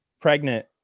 pregnant